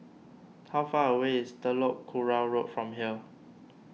how far away is Telok Kurau Road from here